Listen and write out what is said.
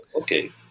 okay